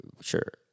sure